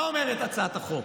מה אומרת הצעת החוק?